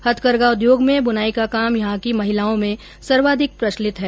हथकरघा उद्योग में बुनाई का काम यहां की महिलाओं में सर्वाधिक प्रचलित है